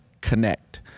connect